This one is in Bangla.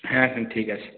হ্যাঁ হ্যাঁ ঠিক আছে